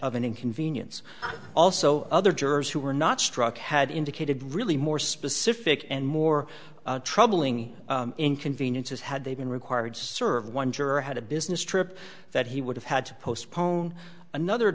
of an inconvenience also other jurors who were not struck had indicated really more specific and more troubling inconveniences had they been required to serve one juror had a business trip that he would have had to postpone another